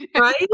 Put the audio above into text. Right